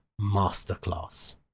masterclass